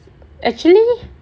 actually